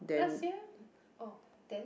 last year oh then